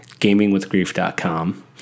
GamingWithGrief.com